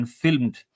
filmed